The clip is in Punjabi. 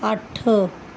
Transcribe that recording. ਅੱਠ